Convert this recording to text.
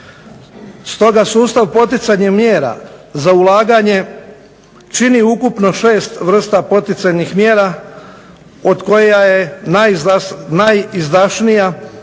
Stoga sustav poticajnih mjera za ulaganje čini ukupno 6 vrsta poticajnih mjera od koja je najizdašnija i za